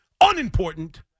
unimportant